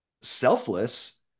selfless